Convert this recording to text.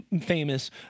famous